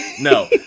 No